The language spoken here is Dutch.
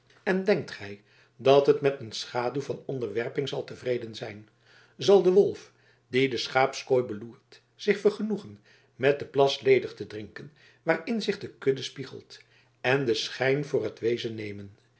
en denkt gij dat het met een schaduw van onderwerping zal tevreden zijn zal de wolf die de schaapskooi beloert zich vergenoegen met den plas ledig te drinken waarin zich de kudde spiegelt en den schijn voor het wezen nemen